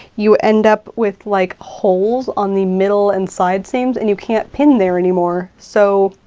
you end up with like holes on the middle and side seams, and you can't pin there anymore, so,